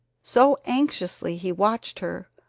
so anxiously he watched her.